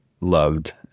loved